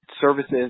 services